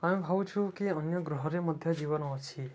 ଆମେ ଭାବୁଛୁ କି ଅନ୍ୟ ଗ୍ରହରେ ମଧ୍ୟ ଜୀବନ ଅଛି